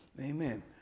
Amen